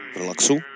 relaxu